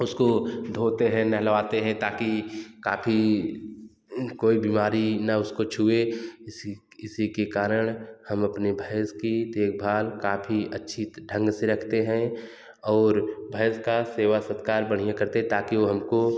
उसको धोते हैं नहलाते हैं ताकि काफी कोई बीमारी ना उसको छुए किसी के कारण हम अपने भैंस की देखभाल काफी अच्छी ढंग से रखते हैं और भैंस की सेवा सत्कार बढ़िया करते ताकि वह हमको